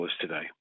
today